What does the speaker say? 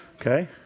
okay